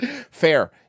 fair